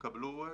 יקבלו.